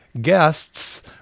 guests